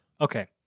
Okay